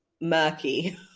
murky